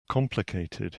complicated